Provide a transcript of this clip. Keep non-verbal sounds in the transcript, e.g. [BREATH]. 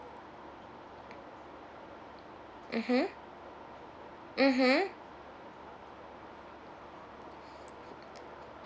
[BREATH] mmhmm mmhmm